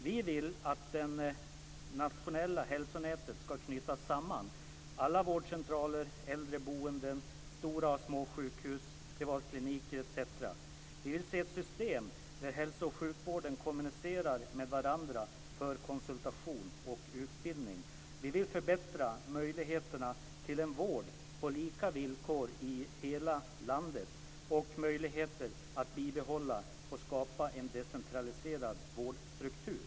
Vi vill att det nationella hälsonätet ska knyta samman alla vårdcentraler, äldreboenden, stora och små sjukhus, privatkliniker etc. Vi vill se ett system där hälsovården och sjukvården kommunicerar med varandra för konsultation och utbildning. Vi vill förbättra möjligheterna till vård på lika villkor i hela landet och att det ges möjligheter att bibehålla och utveckla en decentraliserad vårdstruktur.